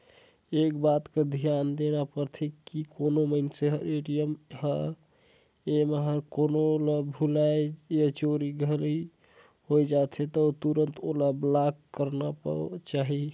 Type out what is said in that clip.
एक बात कर धियान देना परथे की कोनो मइनसे हर ए.टी.एम हर कहों ल भूलाए या चोरी घरी होए जाथे त तुरते ओला ब्लॉक कराना चाही